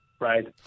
right